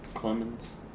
Clemens